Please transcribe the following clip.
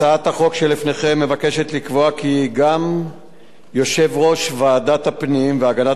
הצעת החוק שלפניכם מבקשת לקבוע כי גם יושב-ראש ועדת הפנים והגנת